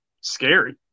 scary